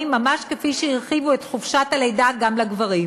ממש כפי שהרחיבו את חופשת הלידה גם לגברים,